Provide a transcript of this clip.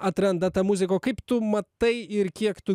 atranda tą muziką o kaip tu matai ir kiek tu